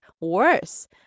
worse